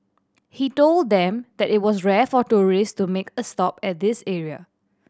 he told them that it was rare for tourist to make a stop at this area